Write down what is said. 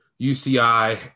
UCI